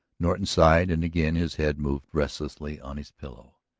norton sighed and again his head moved restlessly on his pillow.